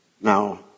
Now